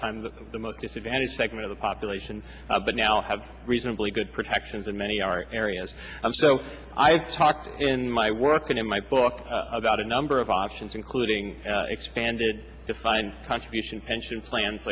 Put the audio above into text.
time that the most disadvantaged segment of the population but now have reasonably good protections and many are areas i'm so i've talked in my work and in my book about a number of options including expanded defined contribution pension plans